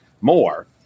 more